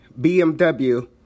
BMW